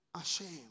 ashamed